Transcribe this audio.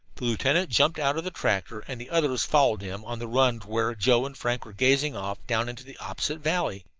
the lieutenant jumped out of the tractor, and the others followed him on the run to where joe and frank were gazing off down into the opposite valley.